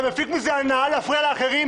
אתה מפיק הנאה בזה שאתה מפריע לאחרים?